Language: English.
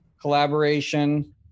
Collaboration